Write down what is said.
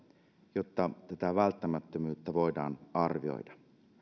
jotta tätä välttämättömyyttä voidaan arvioida